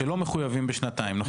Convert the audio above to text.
שלא מחויבים בשנתיים?